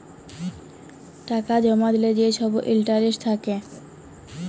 টাকা জমা দিলে যে ছব ইলটারেস্ট থ্যাকে